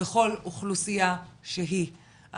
לכל אוכלוסיה שהיא,